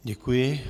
Děkuji.